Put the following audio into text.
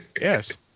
Yes